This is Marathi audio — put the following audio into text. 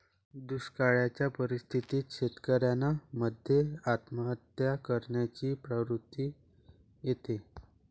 दुष्काळयाच्या परिस्थितीत शेतकऱ्यान मध्ये आत्महत्या करण्याची प्रवृत्ति येते